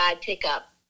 pickup